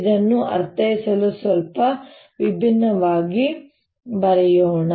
ಇದನ್ನು ಅರ್ಥೈಸಲು ಸ್ವಲ್ಪ ವಿಭಿನ್ನವಾಗಿ ಬರೆಯೋಣ